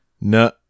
No